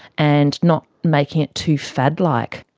and not making it too fad-like.